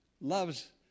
loves